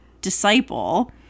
disciple